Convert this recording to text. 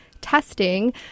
testing